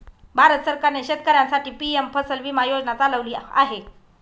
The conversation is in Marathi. भारत सरकारने शेतकऱ्यांसाठी पी.एम फसल विमा योजना चालवली आहे